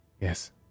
Yes